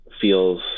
feels